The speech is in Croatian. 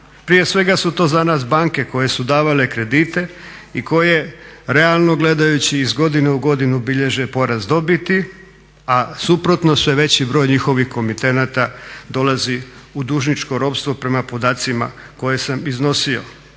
Prije svega su to za nas banke koje su davale kredite i koje realno gledajući iz godine u godinu bilježe porast dobiti, a suprotno sve veći broj njihovih komitenata dolazi u dužničko ropstvo prema podacima koje sam iznosio.